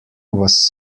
was